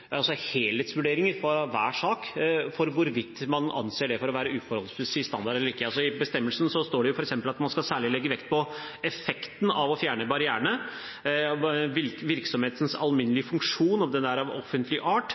hver sak av hvorvidt man anser det for å være uforholdsmessig standard eller ikke. I bestemmelsen står det f.eks. at man skal særlig legge vekt på effekten av å fjerne barrierene, om virksomhetens alminnelige funksjoner er av offentlig art,